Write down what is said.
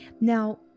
now